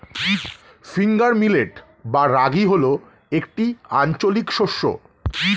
finger millet বা রাগী হল একটি আঞ্চলিক শস্য